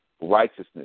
righteousness